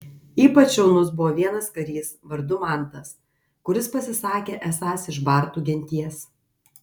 ypač šaunus buvo vienas karys vardu mantas kuris pasisakė esąs iš bartų genties